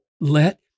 let